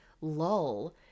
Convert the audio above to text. lull